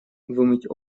вымыть